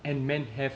and men have